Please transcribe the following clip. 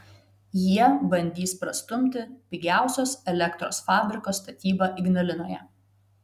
jie bandys prastumti pigiausios elektros fabriko statybą ignalinoje